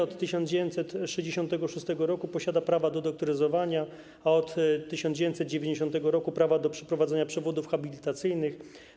Od 1966 r. posiada prawa do doktoryzowania, a od 1990 r. prawa do przeprowadzenia przewodów habilitacyjnych.